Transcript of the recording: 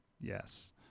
Yes